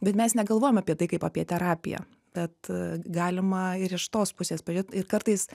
bet mes negalvojam apie tai kaip apie terapiją tad galima ir iš tos pusės pažiūrėt ir kartais